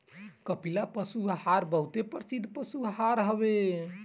कपिला पशु आहार बहुते प्रसिद्ध पशु आहार हवे